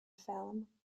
film